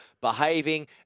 behaving